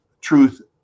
Truth